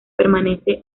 permanece